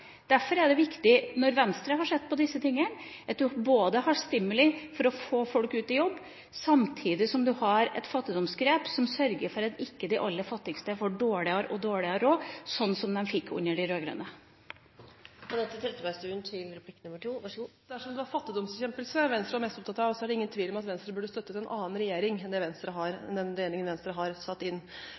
Derfor er det viktig, når Venstre har sett på disse tingene, at en både stimulerer folk til å jobbe og samtidig har et fattigdomsgrep som sørger for at de aller fattigste ikke får dårligere og dårligere råd, slik de fikk under de rød-grønne. Dersom det var fattigdomsbekjempelse Venstre var mest opptatt av, er det ingen tvil om at Venstre burde støttet en annen regjering enn den regjeringen Venstre har satt inn.